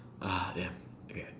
ah yeah okay